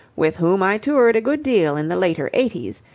with whom i toured a good deal in the later eighties.